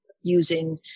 using